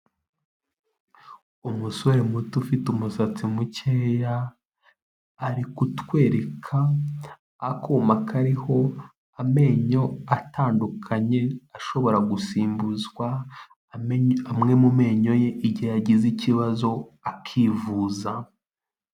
Umusore muto ufite umusatsi mukeya ari kutwereka akuma kariho amenyo atandukanye, ashobora gusimbuzwa amwe mu menyo ye igihe yagize ikibazo akivuza.